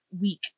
week